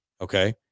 Okay